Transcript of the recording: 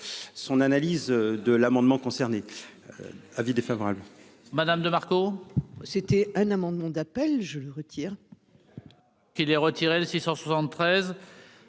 son analyse de l'amendement concernés : avis défavorable. Madame de Marco. C'était un amendement d'appel je le retire. Qu'il ait retiré 673,